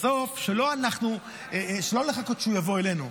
בסוף לא לחכות שהוא יבוא אלינו,